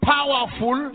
powerful